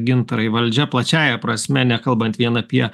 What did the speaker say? gintarai valdžia plačiąja prasme nekalbant vien apie